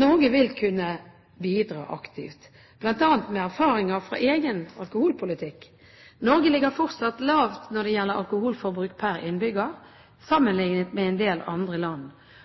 Norge vil kunne bidra aktivt, bl.a. med erfaringer fra egen alkoholpolitikk. Norge ligger fortsatt lavt når det gjelder alkoholforbruk per innbygger, sammenliknet med en del andre land,